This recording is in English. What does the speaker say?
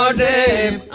ah day,